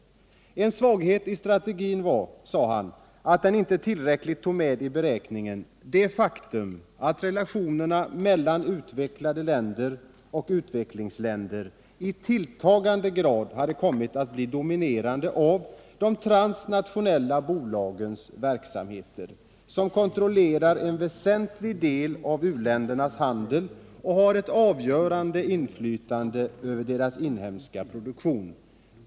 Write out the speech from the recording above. En svaghet i strategin var, sade han, att den inte tillräckligt tog med i beräkningen ”det faktum att relationerna mellan utvecklade länder och utvecklingsländer i tilltagande grad hade kommit att bli dominerad av de transnationella bolagens verksamheter, som kontrollerar en väsentlig del av u-ländernas handel och har ett avgörande inflytande över deras inhemska produktion”.